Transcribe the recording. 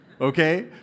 Okay